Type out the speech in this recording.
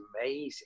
amazing